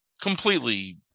completely